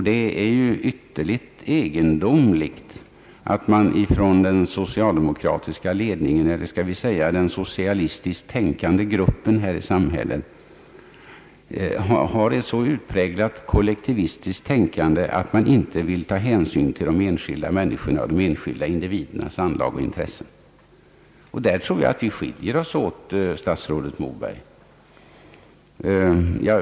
Det är ytterligt egendomligt att den socialdemokratiska ledningen — eller vi kanske skall säga den socialistiskt tänkande gruppen här i samhället — har ett så utpräglat kollektivistiskt tänkande att man inte vill ta hänsyn till de enskilda individernas anlag och intressen. Där tror jag att våra tänkesätt skiljer oss åt, statsrådet Moberg.